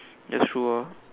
that's true ah